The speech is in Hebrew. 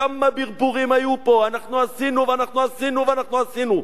כמה ברבורים היו פה: אנחנו עשינו ואנחנו עשינו ואנחנו עשינו.